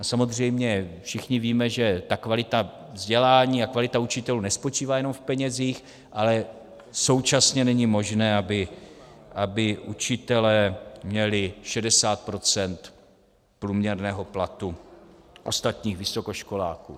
A samozřejmě všichni víme, že ta kvalita vzdělání a kvalita učitelů nespočívá jenom v penězích, ale současně není možné, aby učitelé měli 60 % průměrného platu ostatních vysokoškoláků.